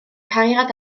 cariad